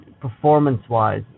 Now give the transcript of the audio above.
performance-wise